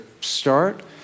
start